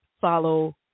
follow